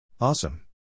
Awesome